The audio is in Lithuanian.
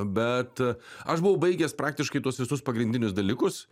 bet aš buvau baigęs praktiškai tuos visus pagrindinius dalykus